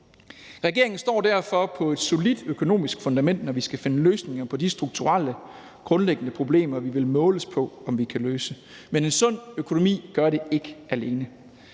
Regeringen står derfor på et solidt økonomisk fundament, når vi skal finde løsninger på de strukturelle grundlæggende problemer, vi vil måles på om vi kan løse. Men en sund økonomi gør det ikke alene.